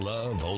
Love